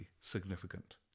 significant